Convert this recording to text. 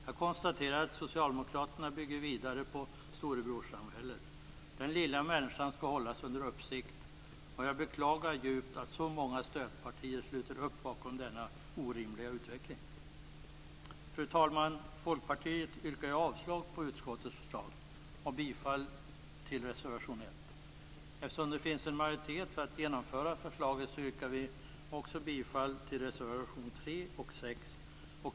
Jag konstaterar att Socialdemokraterna bygger vidare på storebrorssamhället. Den lilla människan skall hållas under uppsikt. Jag beklagar djupt att så många stödpartier sluter upp bakom denna orimliga utveckling. Fru talman! Folkpartiet yrkar avslag på hemställan i utskottets betänkande och bifall till reservation 1. Eftersom det finns en majoritet för att genomföra förslaget, yrkar vi också bifall till reservationerna 3 och 6.